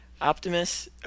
Optimus